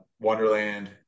Wonderland